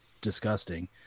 disgusting